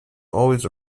always